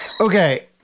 okay